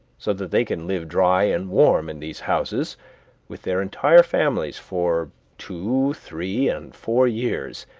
so that they can live dry and warm in these houses with their entire families for two, three, and four years,